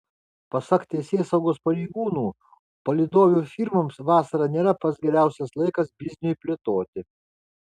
pasak teisėsaugos pareigūnų palydovių firmoms vasara nėra pats geriausias laikas bizniui plėtoti